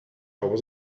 over